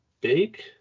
big